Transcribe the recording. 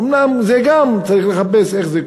אומנם, צריך גם לחפש איך זה קורה.